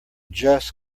just